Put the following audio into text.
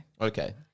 Okay